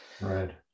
Right